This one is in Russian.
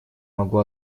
могу